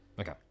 Okay